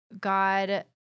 God